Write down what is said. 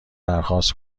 درخواست